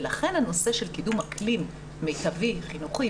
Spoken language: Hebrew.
לכן הנושא של קידום אקלים מיטבי חינוכי